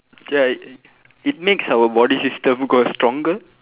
ya it it makes our body system grow stronger